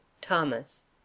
thomas